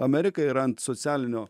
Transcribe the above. amerika yra ant socialinio